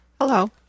Hello